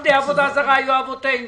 עובדי עבודה זרה היו אבותינו